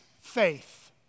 faith